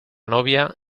novia